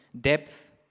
depth